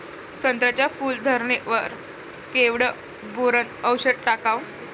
संत्र्याच्या फूल धरणे वर केवढं बोरोंन औषध टाकावं?